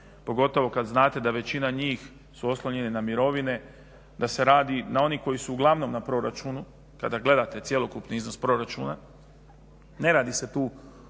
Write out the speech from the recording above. pogotovo kada znate da je većina njih oslonjena na mirovine, da se radi na oni koji su uglavnom na proračunu kada gledate cjelokupni iznos proračuna. Ne radi se tu